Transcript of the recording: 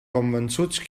convençuts